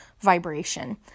vibration